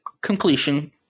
completion